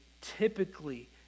typically